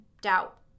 doubt